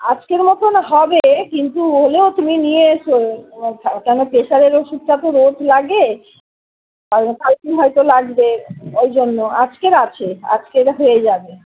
আচকের মতোন হবে কিন্তু হলেও তুমি নিয়ে এসো আমা কেন প্রেসারের ওষুধটা তো রোজ লাগে আর কালকে হয়তো লাগবে ওই জন্য আজকের আছে আজকের হয়ে যাবে